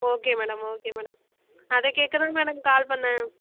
okay madam okay madam அதை கேட்க தான் மேடம் கால் பண்ணிணேன்